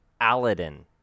Aladdin